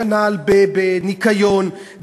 כנ"ל בניקיון,